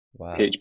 PHP